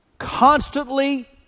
Constantly